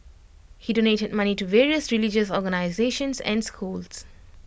he donated money to various religious organisations and schools